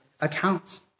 accounts